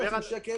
ל-5,000 שקל